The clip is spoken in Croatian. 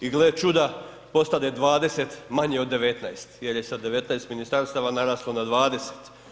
I gle čuda, postade 20 manje od 19 jer je sa 19 ministarstava naraslo na 20.